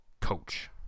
coach